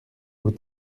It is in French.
vous